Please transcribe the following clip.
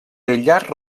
aïllat